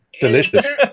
Delicious